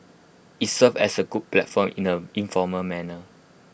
IT serves as A good platform in A informal manner